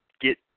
get